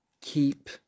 Keep